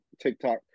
TikTok